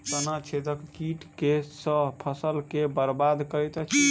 तना छेदक कीट केँ सँ फसल केँ बरबाद करैत अछि?